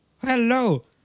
hello